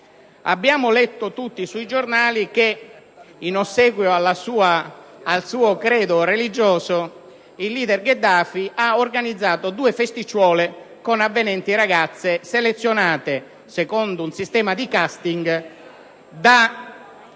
Abbiamo letto tutti sui giornali che, in ossequio al suo credo religioso, il leader Gheddafi ha organizzato due festicciole con avvenenti ragazze - selezionate, secondo un sistema di *casting*, per